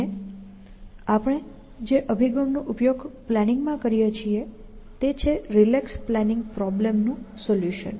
અને આપણે જે અભિગમનો ઉપયોગ પ્લાનિંગમાં કરીએ છીએ તે છે રિલેક્સ પ્લાનિંગ પ્રોબ્લેમ નું સોલ્યૂશન